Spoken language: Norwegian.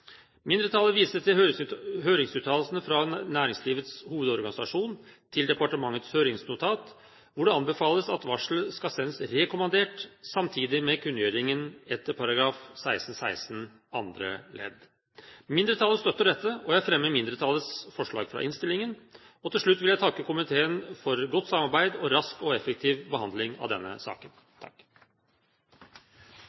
Mindretallet viser til høringsuttalelsene fra Næringslivets Hovedorganisasjon til departementets høringsnotat, hvor det anbefales at varsel skal sendes rekommandert samtidig med kunngjøringen etter § 16-16 andre ledd. Mindretallet støtter dette, og jeg fremmer mindretallets forslag i innstillingen. Til slutt vil jeg takke komiteen for godt samarbeid og rask og effektiv behandling av denne saken.